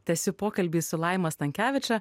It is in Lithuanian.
tęsiu pokalbį su laima stankeviča